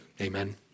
Amen